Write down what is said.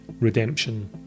Redemption